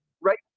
right